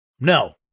No